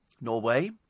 Norway